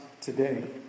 today